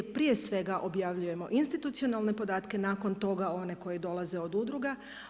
Prije svega objavljujemo institucionalne podatke, nakon toga one koje dolaze od udruga.